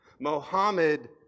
Mohammed